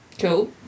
Cool